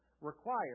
required